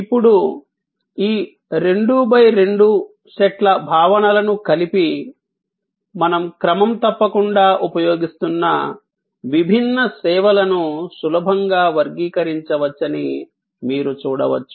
ఇప్పుడు ఈ 2 X 2 సెట్ల భావనలను కలిపి మేము క్రమం తప్పకుండా ఉపయోగిస్తున్న విభిన్న సేవలను సులభంగా వర్గీకరించవచ్చని మీరు చూడవచ్చు